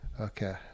okay